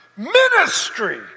Ministry